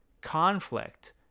conflict